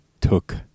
took